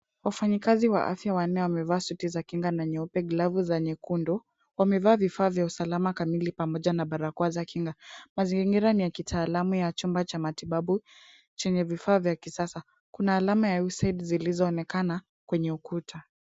Wafanyikazi wa afya wanne wamevaa suti za kinga na nyeupe, glavu za nyekundu. Wamevaa vifaa vya usalama kamili pamoja na barakoa za kinga. Mazingira ni ya kitaalamu ya chumba cha matibabu chenye vifaa vya kisasa. Kuna alama ya USAID zilizoonekana kwenye ukuta.